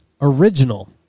original